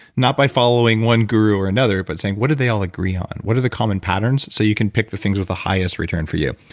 not by following one guru or another, but saying, what do they all agree on? what are the common patterns? so you can pick the things with the highest return for you.